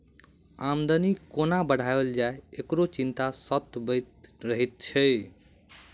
आमदनी कोना बढ़ाओल जाय, एकरो चिंता सतबैत रहैत छै